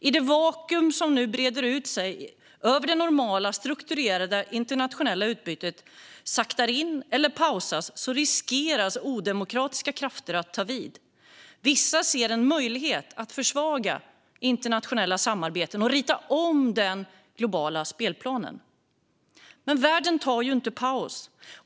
I det vakuum som nu breder ut sig när det normala strukturerade internationella utbytet saktar in eller pausas finns det risk att odemokratiska krafter tar vid. Vissa ser en möjlighet att försvaga internationella samarbeten och rita om den globala spelplanen. Men världen tar inte paus.